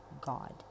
God